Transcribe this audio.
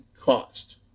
cost